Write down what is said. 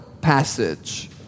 passage